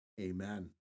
Amen